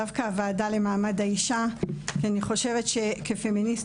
דווקא לוועדה לקידום מעמד האישה כי אני חושבת שכפמיניסטיות